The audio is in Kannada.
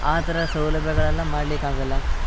ಆ ಥರ ಸೌಲಭ್ಯಗಳೆಲ್ಲ ಮಾಡಲಿಕ್ಕಾಗಲ್ಲ